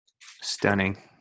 stunning